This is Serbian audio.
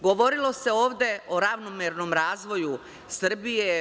Govorilo se ovde o ravnomernom razvoju Srbije.